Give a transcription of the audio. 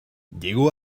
llegó